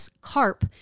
carp